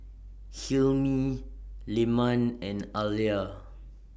Hilmi Leman and Alya